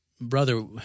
brother